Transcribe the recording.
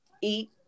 Eat